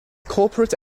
corporate